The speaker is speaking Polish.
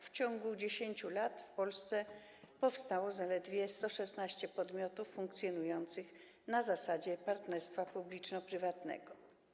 W ciągu 10 lat w Polsce powstało zaledwie 116 podmiotów funkcjonujących na zasadzie partnerstwa publiczno-prywatnego.